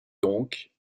donc